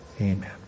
Amen